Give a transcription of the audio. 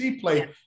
play